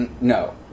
No